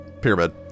pyramid